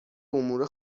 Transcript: امور